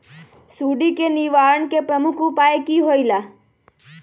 सुडी के निवारण के प्रमुख उपाय कि होइला?